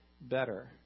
better